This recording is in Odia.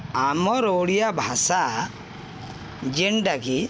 ଆମର୍ ଓଡ଼ିଆ ଭାଷା ଯେନ୍ଟାକି